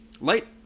light